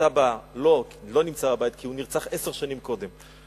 הסבא לא נמצא בבית כי הוא נרצח עשר שנים קודם,